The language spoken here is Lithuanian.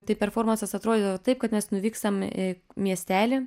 tai performansas atrodydavo taip kad mes nuvykstam į miestelį